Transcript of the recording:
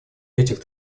этих